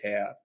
out